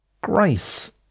Grace